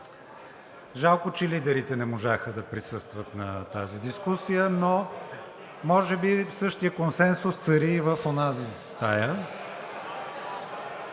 Жалко, че лидерите не можаха да присъстват на тази дискусия, но може би същият консенсус цари в онази стая.